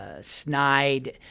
snide